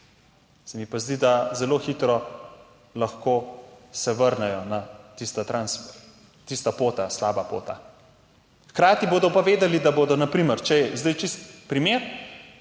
se mi pa zdi, da zelo hitro lahko se vrnejo na tisto transfer, tista pota, slaba pota. Hkrati bodo pa vedeli, da bodo na primer, če je zdaj čisto primer,